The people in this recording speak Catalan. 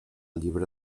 llibre